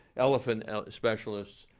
elephant um specialists,